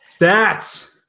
Stats